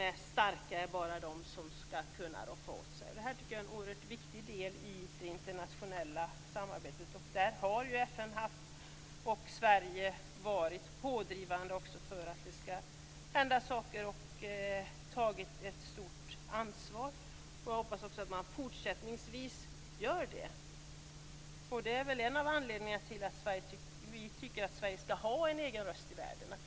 Jag tycker att det är oerhört viktigt i det internationella samarbetet. Sverige har varit pådrivande och tagit ett stort ansvar i detta sammanhang. Jag hoppas att Sverige också fortsättningsvis kommer att göra det. Det är en av anledningarna till att vi tycker att Sverige skall ha en egen röst i världen.